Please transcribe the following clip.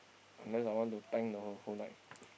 unless I want to tank the whole whole night